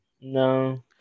No